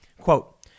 Quote